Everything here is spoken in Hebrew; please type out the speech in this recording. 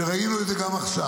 וראינו את זה גם עכשיו,